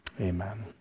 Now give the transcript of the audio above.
amen